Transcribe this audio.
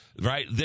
right